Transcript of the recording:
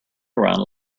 around